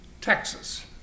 Texas